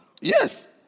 Yes